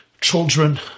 children